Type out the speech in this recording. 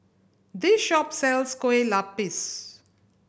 this shop sells Kueh Lupis